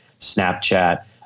Snapchat